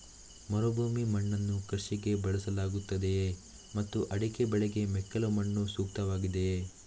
ಮರುಭೂಮಿಯ ಮಣ್ಣನ್ನು ಕೃಷಿಗೆ ಬಳಸಲಾಗುತ್ತದೆಯೇ ಮತ್ತು ಅಡಿಕೆ ಬೆಳೆಗೆ ಮೆಕ್ಕಲು ಮಣ್ಣು ಸೂಕ್ತವಾಗಿದೆಯೇ?